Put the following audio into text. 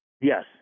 Yes